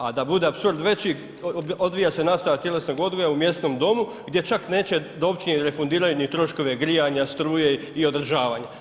A da bude apsurd veći odvija se nastava tjelesnog odgoja u mjesnom domu gdje čak neće da općini refundiraju ni troškove, grijana, struje i održavanja.